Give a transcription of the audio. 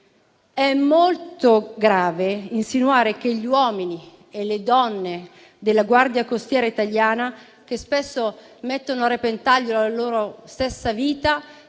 È molto grave insinuare che gli uomini e le donne della Guardia costiera italiana, che spesso mettono a repentaglio la loro stessa vita,